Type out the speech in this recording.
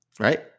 Right